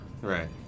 Right